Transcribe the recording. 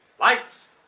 Lights